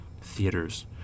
theaters